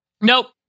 Nope